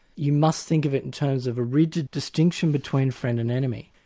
you must think of it in terms of a rigid distinction between friend and enemy.